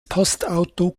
postauto